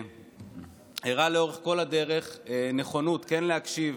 הראה לאורך כל הדרך נכונות כן להקשיב,